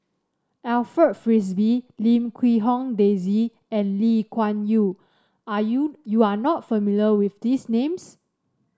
Alfred Frisby Lim Quee Hong Daisy and Lee Kuan Yew are you you are not familiar with these names